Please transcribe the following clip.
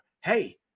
Hey